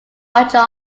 roger